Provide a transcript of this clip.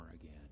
again